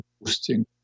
boosting